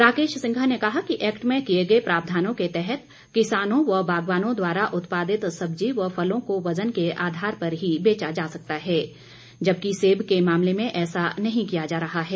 राकेश सिंघा ने कहा कि एक्ट में किए गए प्रावधानों के तहत किसान व बागवानों द्वारा उत्पादित सब्जी व फलों को वजन के आधार पर ही बेचा जा सकता है जबकि सेब के मामले में ऐसा नहीं किया जा रहा है